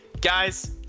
Guys